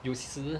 有时